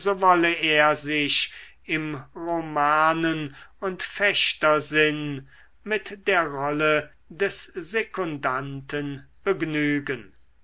wolle er sich im romanen und fechtersinn mit der rolle des sekundanten begnügen